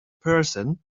person